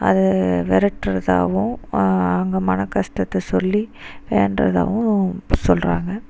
அது விரட்ற்றதாவும் அங்கே மனக் கஷ்டத்த சொல்லி வேண்டுகிறதாவும் சொல்கிறாங்க